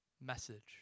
message